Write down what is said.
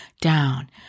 down